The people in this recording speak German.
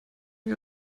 wir